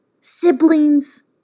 siblings